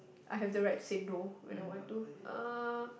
I have the right to say no when I want to uh